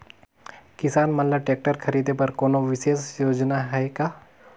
किसान मन ल ट्रैक्टर खरीदे बर कोनो विशेष योजना हे का?